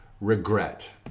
regret